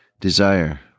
Desire